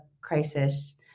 crisis